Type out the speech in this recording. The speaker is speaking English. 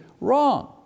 wrong